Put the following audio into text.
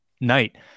night